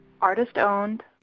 Artist-owned